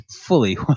fully